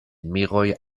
miroj